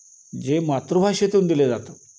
जे मातृभाषेतून दिले जातं